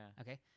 Okay